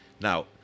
Now